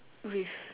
with